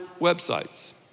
websites